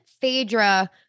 Phaedra